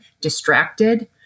distracted